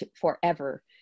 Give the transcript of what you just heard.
forever